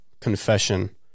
Confession